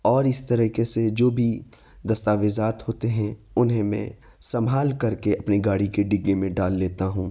اور اس طرح کے سے جو بھی دستاویزات ہوتے ہیں انہیں میں سنبھال کر کے اپنی گاڑی کے ڈگی میں ڈال لیتا ہوں